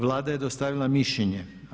Vlada je dostavila mišljenje.